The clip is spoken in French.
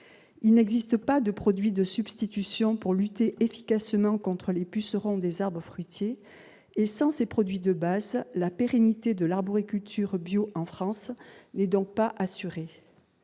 Il n'existe pas de produit de substitution pour lutter efficacement contre les pucerons des arbres fruitiers, si bien que, sans ces produits de base, la pérennité de l'arboriculture bio n'est pas assurée